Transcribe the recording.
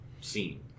scene